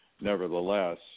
Nevertheless